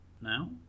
now